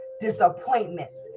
disappointments